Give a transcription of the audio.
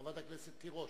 חברת הכנסת תירוש.